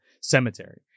cemetery